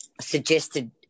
suggested